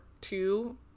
two